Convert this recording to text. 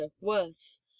worse